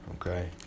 Okay